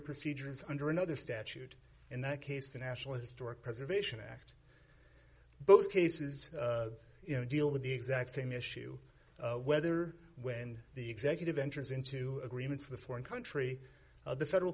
procedures under another statute in that case the national historic preservation act both cases you know deal with the exact same issue whether when the executive enters into agreements with a foreign country or the federal